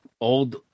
old